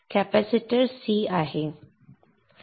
हे capacitor C आहे